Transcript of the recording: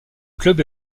club